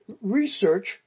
research